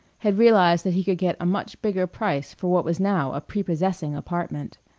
had realized that he could get a much bigger price for what was now a prepossessing apartment.